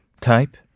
type